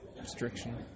restriction